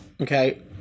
Okay